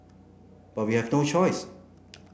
but we have no choice